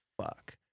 fuck